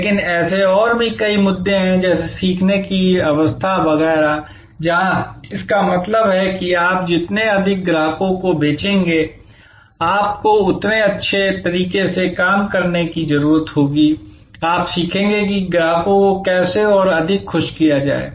लेकिन ऐसे और भी कई मुद्दे हैं जैसे सीखने की अवस्था वगैरह जहाँ इसका मतलब है कि आप जितने अधिक ग्राहकों को बेचेंगे आपको उतने अच्छे तरीके से काम करने की ज़रूरत होगी आप सीखेंगे कि ग्राहकों को कैसे और अधिक खुश किया जाए